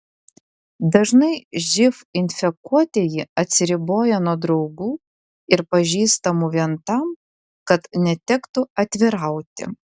dažnai živ infekuotieji atsiriboja nuo draugų ir pažįstamų vien tam kad netektų atvirauti